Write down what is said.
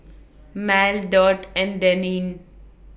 Mal Dot and Denine